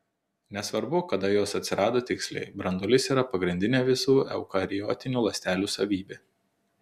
nesvarbu kada jos atsirado tiksliai branduolys yra pagrindinė visų eukariotinių ląstelių savybė